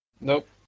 Nope